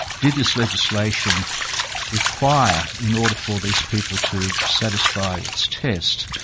did this legislation require, in order for these people to satisfy its test,